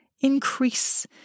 increase